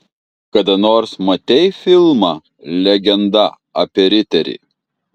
kada nors matei filmą legenda apie riterį